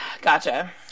Gotcha